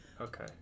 Okay